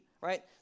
right